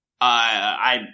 I-